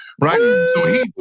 Right